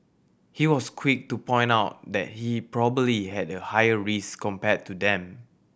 he was quick to point out that he probably had a higher risk compared to them